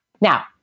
Now